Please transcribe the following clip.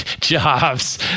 jobs